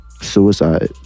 suicide